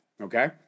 Okay